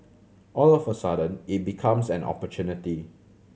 all of a sudden it becomes an opportunity